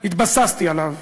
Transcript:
התבססתי עליו.